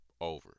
over